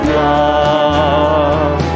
love